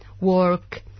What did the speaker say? work